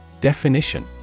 Definition